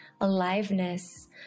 aliveness